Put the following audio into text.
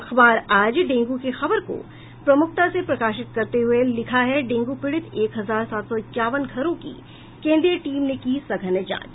अखबार आज डेंगू की खबर को प्रमुखता से प्रकाशित करते हुये लिखा है डेंगू पीड़ित एक हजार सात सौ इक्यावन घरों की केन्द्रीय टीम ने की सघन जांच